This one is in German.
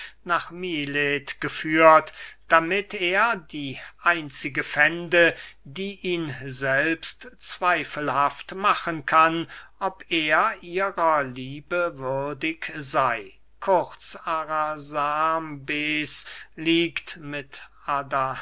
nach milet geführt damit er die einzige fände die ihn selbst zweifelhaft machen kann ob er ihrer liebe würdig sey kurz arasambes liegt mit